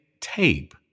tape